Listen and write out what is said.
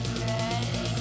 ready